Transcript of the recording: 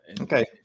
Okay